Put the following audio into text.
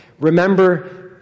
remember